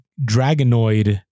Dragonoid